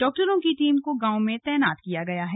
डॉक्टरों की टीम को गांव में तैनात किया गया है